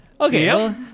Okay